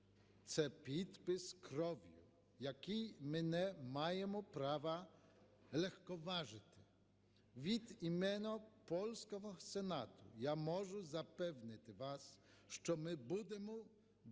Це підпис кров'ю, який ми не маємо права легковажити. Від імені польського Сенату я можу запевнити вас, що ми будемо